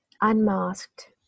Unmasked